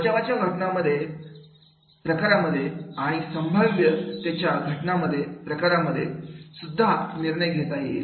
बचावाच्या घटनांच्या प्रकारांमध्ये आणि संभाव्य तिच्या घटनांच्या प्रकारांमध्ये सुद्धा निर्णय घेता येईल